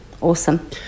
Awesome